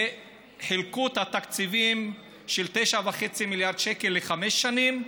וחילקו את התקציבים של 9.5 מיליארד שקל לחמש שנים,